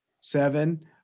Seven